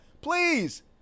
please